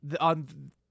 on